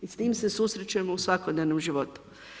I s tim se susrećemo u svakodnevnom životu.